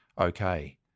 okay